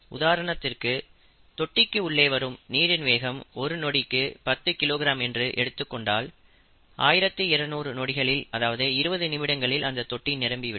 உதாரணத்திற்கு தொட்டிக்கு உள்ளே வரும் நீரின் வேகம் ஒரு நொடிக்கு 10 கிலோகிராம் என்று எடுத்துக் கொண்டால் 1200 நொடிகளில் அதாவது 20 நிமிடங்களில் அந்த தொட்டி நிரம்பி விடும்